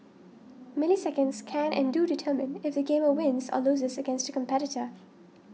milliseconds can and do determine if the gamer wins or loses against a competitor